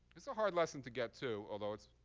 it's a hard lesson to get to, although it's,